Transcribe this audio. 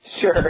Sure